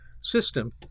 system